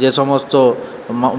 যে সমস্ত